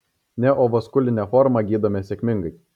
neovaskulinę formą gydome sėkmingai